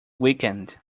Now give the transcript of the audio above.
weekend